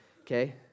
Okay